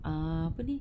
err apa ni